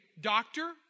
doctor